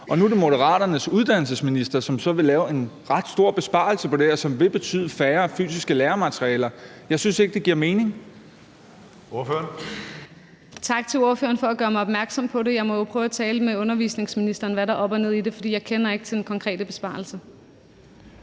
Nu er det Moderaternes uddannelsesminister, som så vil lave en ret stor besparelse på det her, som vil betyde færre fysiske lærematerialer. Jeg synes ikke, det giver mening.